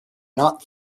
not